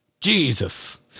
Jesus